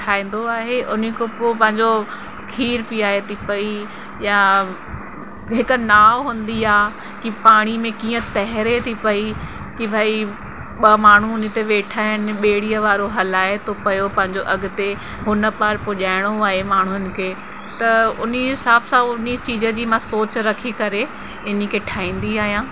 ठाहींदो आहे हुन खां पंहिंजो खीर पीआरे थी पेई या हिकु नाव हूंदी आहे कि पाणीअ में कीअं तरे थी पेई कि भई ॿ माण्हू हुन ते वेठा आहिनि ॿेड़ीअ वारो हलाए थो पियो पंहिंजो अॻिते हुन पार पुॼाइणो आहे माण्हुनि खे त हुन हिसाब सां हुन चीज जी मां सोच रखी करे हिनखे ठाहींदी आहियां